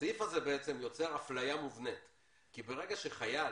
הסעיף הזה יוצר אפליה מובנית כי ברגע שחייל